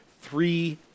three